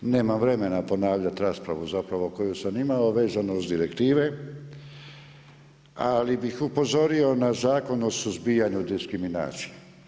Nemam vremena ponavljati raspravu zapravo koju sam imao vezano uz direktive ali bih upozorio na Zakon o suzbijanju diskriminacije.